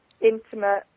intimate